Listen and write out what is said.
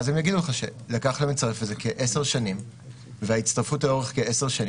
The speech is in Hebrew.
ואז הם יגידו לך שלקח להם לצרף את זה כ-10 שנים,